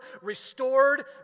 restored